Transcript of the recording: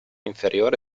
inferiore